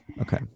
okay